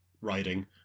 writing